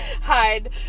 hide